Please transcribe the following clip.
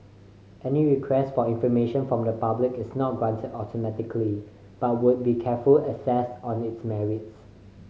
any request for information from the public is not granted automatically but would be careful assessed on its merits